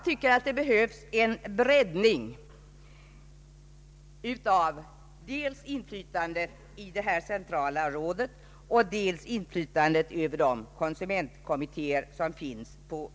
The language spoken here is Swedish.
Det behövs en breddning av dels inflytandet i det centrala rådet och dels i konsumentkommittéerna.